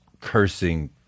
cursing